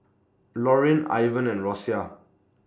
Lorin Ivan and Rosia